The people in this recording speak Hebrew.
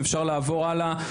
אם אפשר לעבור הלאה,